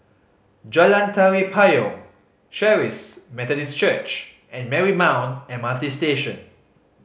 Jalan Tari Payong Charis Methodist Church and Marymount M R T Station